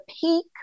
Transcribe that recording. peak